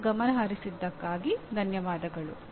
ನೀವು ಗಮನಹರಿಸಿದ್ದಕ್ಕಾಗಿ ಧನ್ಯವಾದಗಳು